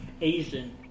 asian